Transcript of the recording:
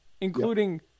including